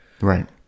Right